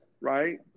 right